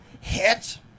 hit